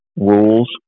rules